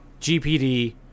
GPD